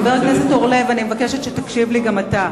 אני מבקשת שתקשיב לי גם אתה.